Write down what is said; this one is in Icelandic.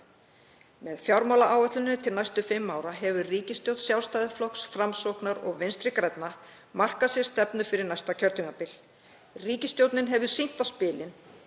Með fjármálaáætlun til næstu fimm ára hefur ríkisstjórn Sjálfstæðisflokks, Framsóknar og Vinstrihreyfingarinnar markað sér stefnu fyrir næsta kjörtímabil. Ríkisstjórnin hefur sýnt á spilin